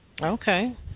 Okay